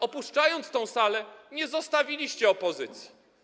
Opuszczając tę salę, nie zostawiliście opozycji.